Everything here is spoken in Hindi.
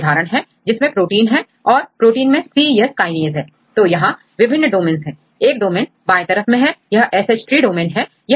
यह एक उदाहरण है जिसमें प्रोटीन है और प्रोटीन मेंcYes Kinase हैतो यहां विभिन्न डोमैंस है एक डोमेन बाएं तरफ में है यह SH3 डोमेन है